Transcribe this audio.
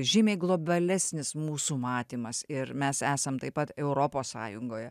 žymiai globalesnis mūsų matymas ir mes esam taip pat europos sąjungoje